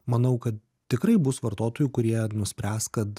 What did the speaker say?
manau kad tikrai bus vartotojų kurie nuspręs kad